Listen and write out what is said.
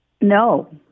No